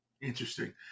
Interesting